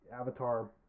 avatar